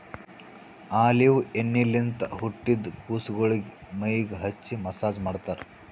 olive ಎಣ್ಣಿಲಿಂತ್ ಹುಟ್ಟಿದ್ ಕುಸಗೊಳಿಗ್ ಮೈಗ್ ಹಚ್ಚಿ ಮಸ್ಸಾಜ್ ಮಾಡ್ತರ್